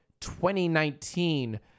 2019